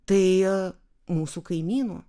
tai mūsų kaimynų